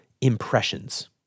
impressions